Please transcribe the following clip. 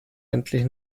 endlich